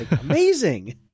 amazing